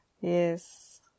yes